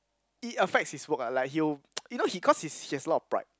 it affects his work lah like he will you know he cause he's he has a lot of pride